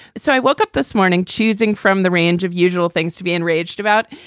so i woke up this morning choosing from the range of usual things to be enraged about,